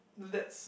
that's